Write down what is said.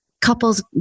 couples